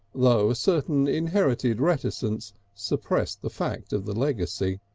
though a certain inherited reticence suppressed the fact of the legacy.